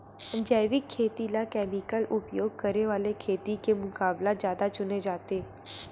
जैविक खेती ला केमिकल उपयोग करे वाले खेती के मुकाबला ज्यादा चुने जाते